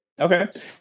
Okay